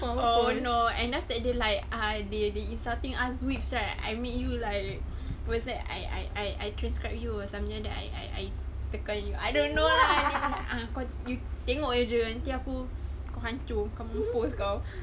oh no and after that they like ah they they insulting us weebs right I meet you like what's that I I transcribe you something like that I I tackle you I don't know lah cause you tengok jer nanti aku hancur kau mampus kau